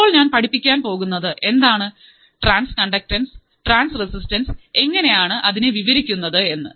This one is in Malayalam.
ഇപ്പോൾ ഞാൻ പഠിപ്പിക്കാൻ പോകുന്നത് എന്താണ് ട്രാൻസ്കണ്ടക്ടൻസ് ട്രാൻസ് റെസിസ്റ്റൻസ് എങ്ങനെയാണ് അതിനെ വിവരിക്കുന്നത് എന്ന്